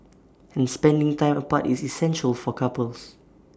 and spending time apart is essential for couples